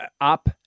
Up